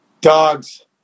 Dogs